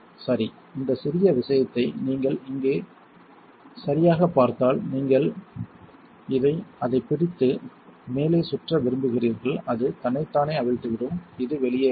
சரி இந்த சிறிய விஷயத்தை இங்கே நீங்கள் சரியாகப் பார்த்தால் இங்கே நீங்கள் அதைப் பிடித்து மேலே சுற்ற விரும்புகிறீர்கள் அது தன்னைத்தானே அவிழ்த்துவிடும் இது வெளியே வரும்